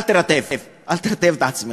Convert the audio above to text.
אל תירטב, אל תרטיב את עצמך.